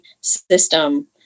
system